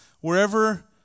wherever